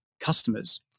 customers